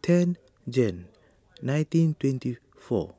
ten Jan nineteen twenty four